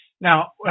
now